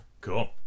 Cool